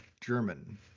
German